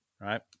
right